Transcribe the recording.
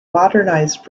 modernized